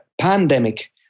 pandemic